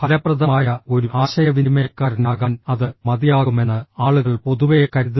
ഫലപ്രദമായ ഒരു ആശയവിനിമയക്കാരനാകാൻ അത് മതിയാകുമെന്ന് ആളുകൾ പൊതുവെ കരുതുന്നു